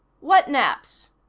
what naps?